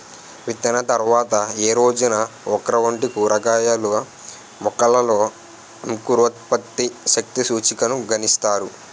విత్తిన తర్వాత ఏ రోజున ఓక్రా వంటి కూరగాయల మొలకలలో అంకురోత్పత్తి శక్తి సూచికను గణిస్తారు?